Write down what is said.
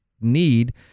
need